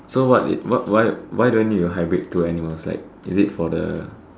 so what what why why don't you hybrid two animals like is it for the